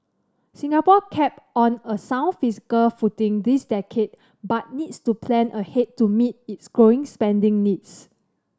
Singapore kept on a sound fiscal footing this decade but needs to plan ahead to meet its growing spending needs